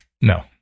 No